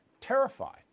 terrified